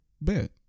bet